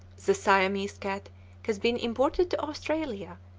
the siamese cat has been imported to australia,